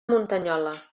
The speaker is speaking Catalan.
muntanyola